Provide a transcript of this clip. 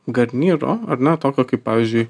garnyro ar ne tokio kaip pavyzdžiui